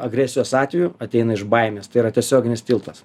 agresijos atvejų ateina iš baimės tai yra tiesioginis tiltas